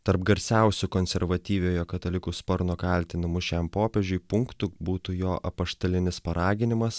tarp garsiausių konservatyviojo katalikų sparno kaltinimų šiam popiežiui punktų būtų jo apaštalinis paraginimas